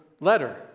letter